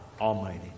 Almighty